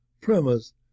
premise